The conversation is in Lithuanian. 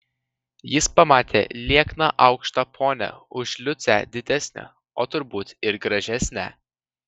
jis pamatė liekną aukštą ponią už liucę didesnę o turbūt ir gražesnę